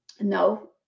No